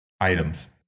items